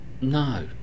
no